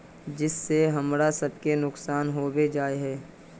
जिस से हमरा सब के नुकसान होबे जाय है?